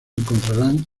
encontrarán